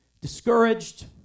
discouraged